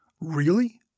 Really